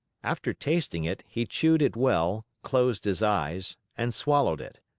after tasting it, he chewed it well, closed his eyes, and swallowed it.